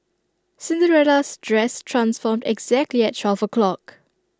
Cinderella's dress transformed exactly at twelve o' clock